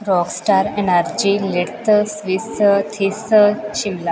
ਰੋਕ star energy ਲਿਟਥ Swiss this Shimla